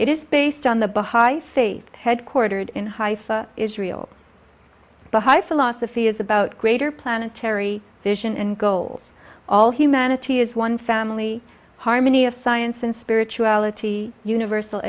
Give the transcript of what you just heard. it is based on the behi faith headquartered in haifa israel the high philosophy is about greater planetary vision and goals all humanity is one family harmony of science and spirituality universal